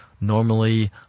normally